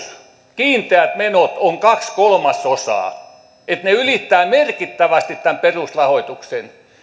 kiinteät menot ovat kaksi kolmasosaa eli ylittävät merkittävästi tämän perusrahoituksen